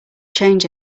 change